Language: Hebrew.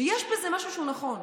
יש בזה משהו נכון.